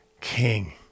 King